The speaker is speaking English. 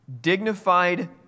Dignified